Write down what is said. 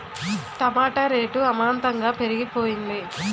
టమాట rate అమాంతంగా పెరిగిపోయింది